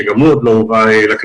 שגם הוא עוד לא הובא לכנסת,